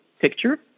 Picture